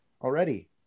already